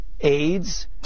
AIDS